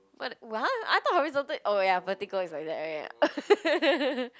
what I I thought horizontal oh ya vertical is like that right